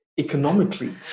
economically